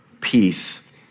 peace